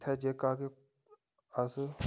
इत्थें जेह्का कि अस